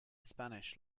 spanish